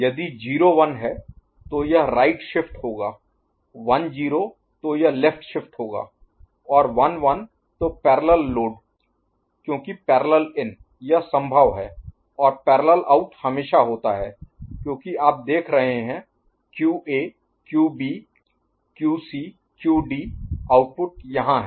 यदि 01 है तो यह राइट शिफ्ट होगा 10 तो यह लेफ्ट शिफ्ट होगा और 11 तो पैरेलल लोड क्योंकि पैरेलल -इन यह संभव है और पैरेलल आउट हमेशा होता है क्योंकि आप देख रहे हैं QA QB QC QD output यहाँ हैं